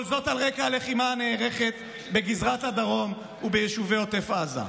כל זאת על רקע הלחימה הנערכת בגזרת הדרום וביישובי עוטף עזה.